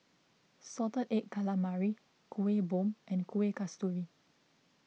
Salted Egg Calamari Kueh Bom and Kueh Kasturi